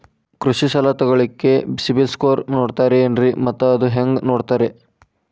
ಕೃಷಿ ಸಾಲ ತಗೋಳಿಕ್ಕೆ ಸಿಬಿಲ್ ಸ್ಕೋರ್ ನೋಡ್ತಾರೆ ಏನ್ರಿ ಮತ್ತ ಅದು ಹೆಂಗೆ ನೋಡ್ತಾರೇ?